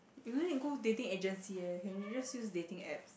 you no need to go dating agency eh can you just use dating apps